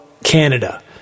canada